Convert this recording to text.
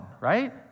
right